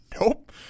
Nope